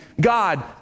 God